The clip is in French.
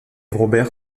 robert